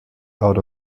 out